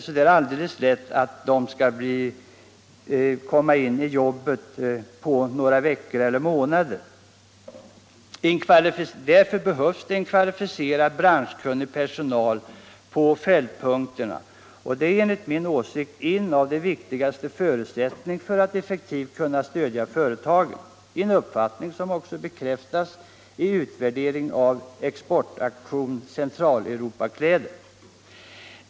Det är inte så lätt för dem att sätta sig in i jobbet på några veckor eller månader. Det behövs en kvalificerad, branschkunnig personal på fältpunkterna. Det är enligt min åsikt en av de viktigaste förutsättningarna för att effektivt kunna stödja företagen —- en uppfattning som också bekräftats i utvärderingen av exportaktionen Centraleuropakläder.